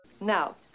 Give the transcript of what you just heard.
now